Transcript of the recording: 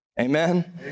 Amen